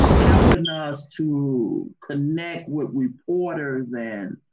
helping us to connect with reporters and